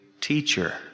teacher